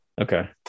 okay